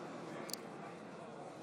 נא לספור את הקולות.